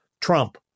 Trump